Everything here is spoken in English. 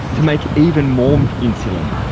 to make even more insulin.